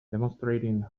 demonstrating